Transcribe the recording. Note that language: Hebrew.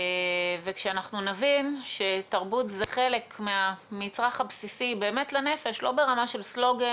כשאנחנו נבין שתרבות זה חלק מהמצרך הבסיסי לנפש לא ברמה של סלוגן